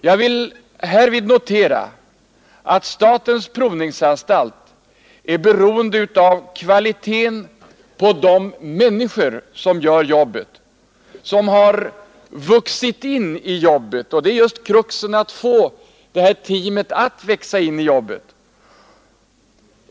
Jag vill här notera att statens provningsanstalt är beroende av kvalitén på de människor som gör jobbet, som har vuxit in i jobbet — och det är just kruxet att få detta team att växa in i arbetet.